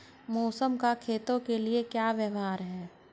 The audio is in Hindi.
मौसम का खेतों के लिये क्या व्यवहार है?